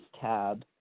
tab